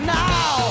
now